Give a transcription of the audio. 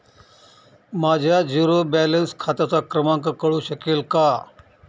माझ्या zero balance खात्याचा क्रमांक कळू शकेल का?